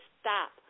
stop